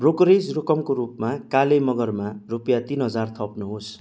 brokerage रकमको रूपमा काले मगरमा रुपियाँ तिन हजार थप्नुहोस्